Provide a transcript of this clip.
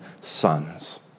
sons